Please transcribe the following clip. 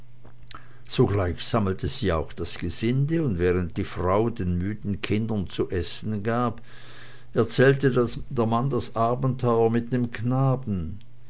sogleich sammelte sich auch das gesinde und während die frau den müden kindern zu essen gab erzählte der mann das abenteuer mit dem knaben